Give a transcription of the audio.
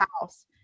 house